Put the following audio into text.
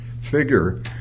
figure